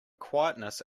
quietness